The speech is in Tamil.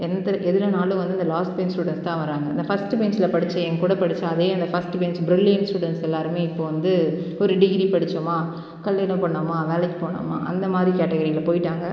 எந்த எதுலேனாலும் வந்து இந்த லாஸ்ட் பெஞ்ச் ஸ்டூடண்ஸ் தான் வராங்க இந்த ஃபஸ்ட்டு பெஞ்ச்சில் படித்த என்கூட படித்த அதே அந்த ஃபஸ்ட்டு பெஞ்ச் பிரில்லியண்ட் ஸ்டூடண்ஸ் எல்லாேருமே இப்போ வந்து ஒரு டிகிரி படித்தோமா கல்யாணம் பண்ணிணோமா வேலைக்கு போனோமா அந்தமாதிரி கேட்டகிரியில் போய்விட்டாங்க